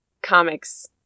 Comics